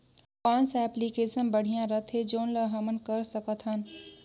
कौन सा एप्लिकेशन बढ़िया रथे जोन ल हमन कर सकथन?